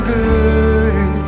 good